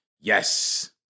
yes